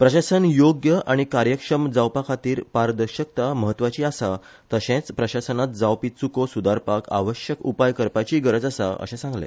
प्रशासन योग्य आनी कार्यक्षम जावपाखातीर पारदर्शकता म्हत्वाची आसा तशेंच प्रशासनात जावपी चूको सुदारपाक आवश्यक उपाय करपाचीय गरज आसा अशें सांगले